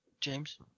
James